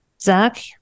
Zach